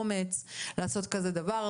אומץ לעשות דבר כזה.